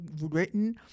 written